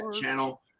channel